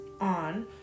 on